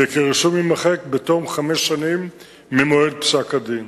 וכי הרישום יימחק בתום חמש שנים ממועד פסק-הדין.